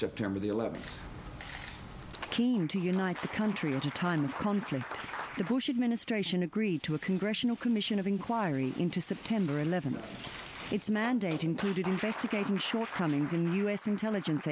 september the eleventh came to unite the country into a time of conflict the bush administration agreed to a congressional commission of inquiry into september eleventh its mandate included investigating shortcomings in u s intelligence